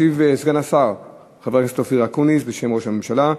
ישיב סגן השר אופיר אקוניס בשם ראש הממשלה.